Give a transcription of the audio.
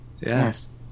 yes